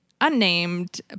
unnamed